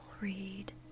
read